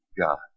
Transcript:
God